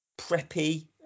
Preppy